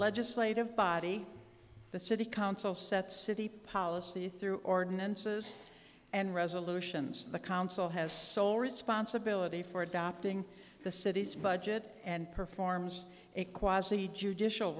legislative body the city council sets city policy through ordinances and resolutions the council has sole responsibility for adopting the city's budget and performs a quasi judicial